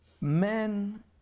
men